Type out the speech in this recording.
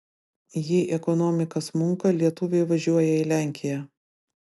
jei ekonomika smunka lietuviai važiuoja į lenkiją